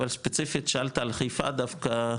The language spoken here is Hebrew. אבל ספציפית שאלת על חיפה דווקא,